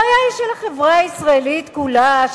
הבעיה היא של החברה הישראלית כולה.